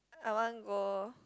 I want go